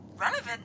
Relevant